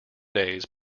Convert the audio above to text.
days